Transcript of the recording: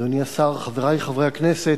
תודה, אדוני השר, חברי חברי הכנסת,